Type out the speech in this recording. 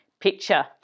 picture